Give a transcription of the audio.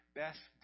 best